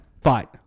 fight